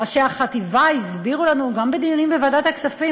ראשי החטיבה הסבירו לנו גם בדיונים בוועדת הכספים